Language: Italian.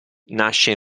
nasce